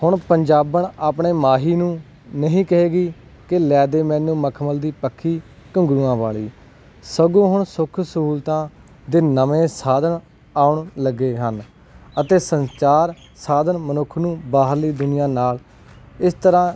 ਹੁਣ ਪੰਜਾਬਣ ਆਪਣੇ ਮਾਹੀ ਨੂੰ ਨਹੀਂ ਕਹੇਗੀ ਕਿ ਲੈ ਦੇ ਮੈਨੂੰ ਮਖਮਲ ਦੀ ਪੱਖੀ ਘੁੰਗਰੂਆਂ ਵਾਲੀ ਸਗੋਂ ਹੁਣ ਸੁੱਖ ਸਹੂਲਤਾਂ ਦੇ ਨਵੇਂ ਸਾਧਨ ਆਉਣ ਲੱਗੇ ਹਨ ਅਤੇ ਸੰਚਾਰ ਸਾਧਨ ਮਨੁੱਖ ਨੂੰ ਬਾਹਰਲੀ ਦੁਨੀਆਂ ਨਾਲ ਇਸ ਤਰ੍ਹਾਂ